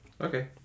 okay